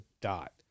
dot